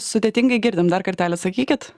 sudėtingai girdim dar kartelį sakykit